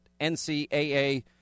NCAA